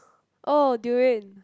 oh durian